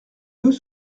deux